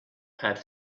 had